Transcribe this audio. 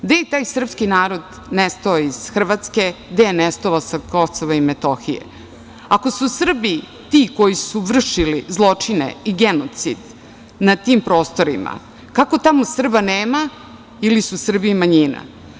Gde je taj srpski narod nestao iz Hrvatske, gde je nestao sa Kosova i Metohije, ako su Srbi ti koji su vršili zločine i genocid na tim prostorima kako tamo Srba nema ili su Srbi manjina?